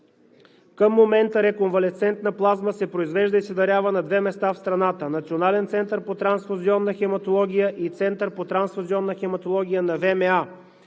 към момента реконвалесцентна плазма се произвежда и се дарява на две места в страната – Националния център по трансфузионна хематология и Центъра по трансфузионна хематология на ВМА.